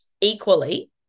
equally